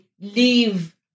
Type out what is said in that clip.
leave